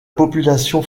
population